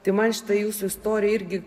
tai man šita jūsų istorija irgi